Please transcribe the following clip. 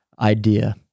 idea